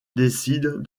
décide